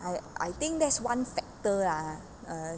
I I think that's one factor lah